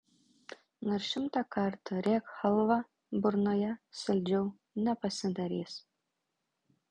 nors šimtą kartų rėk chalva burnoje saldžiau nepasidarys